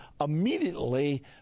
immediately